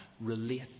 relate